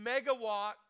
megawatt